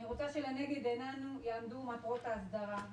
אני רוצה שלנגד עינינו יעמדו מטרות האסדרה.